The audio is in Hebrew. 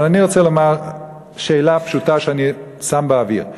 אבל אני רוצה לומר שאלה פשוטה, שאני שם באוויר.